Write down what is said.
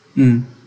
mm